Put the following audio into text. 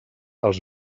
als